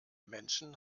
menschen